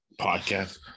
podcast